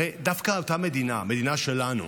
הרי דווקא אותה מדינה, המדינה שלנו,